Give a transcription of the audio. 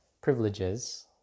privileges